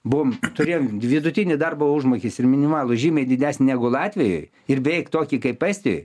buvom turėjom vidutinį darbo užmokestį ir minimalų žymiai didesnį negu latvijoj ir beveik tokį kaip estijoj